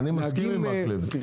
דוד, אצלם נתנו דף, אנחנו נתנו מחברת.